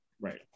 Right